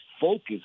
focus